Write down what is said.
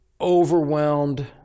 overwhelmed